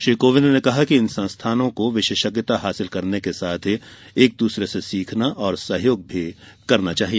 श्री कोविंद ने कहा कि इन संस्थानों को विशेषज्ञता हासिल करने के साथ ही एक दूसरे से सीखना और सहयोग भी करना चाहिए